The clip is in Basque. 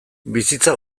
bizitza